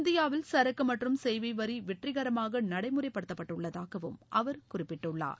இந்தியாவில் சரக்கு மற்றும் சேவை வரி வெற்றிகரமாக நடைமுறைப்படுத்தப்பட்டுள்ளதாகவும் அவர் குறிப்பிட்டுள்ளார்